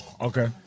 Okay